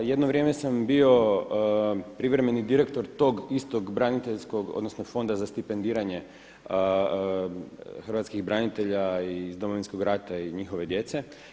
Jedno vrijeme sam bio privremeni direktor tog istog braniteljskog, odnosno Fonda za stipendiranje hrvatskih branitelja iz Domovinskog rata i njihove djece.